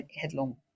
headlong